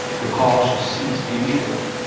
the call should cease immediately,